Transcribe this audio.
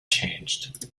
changed